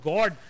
God